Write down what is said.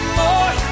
more